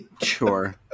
sure